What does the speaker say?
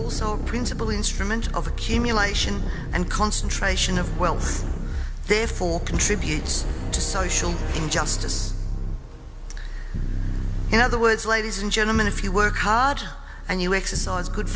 also a principle instrument of accumulation and concentration of wealth therefore contributes to social injustice in other words ladies and gentlemen if you work hard and you exercise good